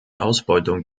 ausbeutung